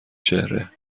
چهره